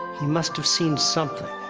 he must have seen something.